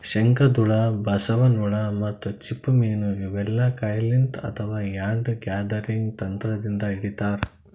ಶಂಕದ್ಹುಳ, ಬಸವನ್ ಹುಳ ಮತ್ತ್ ಚಿಪ್ಪ ಮೀನ್ ಇವೆಲ್ಲಾ ಕೈಲಿಂತ್ ಅಥವಾ ಹ್ಯಾಂಡ್ ಗ್ಯಾದರಿಂಗ್ ತಂತ್ರದಿಂದ್ ಹಿಡಿತಾರ್